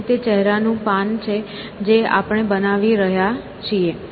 તેથી તે ચહેરાનું પાન છે જે આપણે બનાવી રહ્યા છીએ